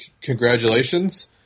congratulations